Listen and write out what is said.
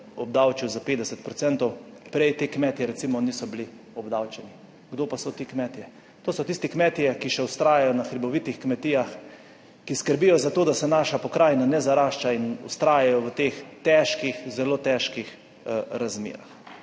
obdavčil za 50 % prej ti kmetje recimo niso bili obdavčeni. Kdo pa so ti kmetje? To so tisti kmetje, ki še vztrajajo na hribovitih kmetijah, ki skrbijo za to, da se naša pokrajina ne zarašča in vztrajajo v teh težkih, zelo težkih razmerah.